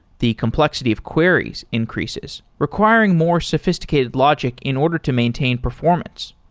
the complexity of queries increases requiring more sophisticated logic in order to maintain performance.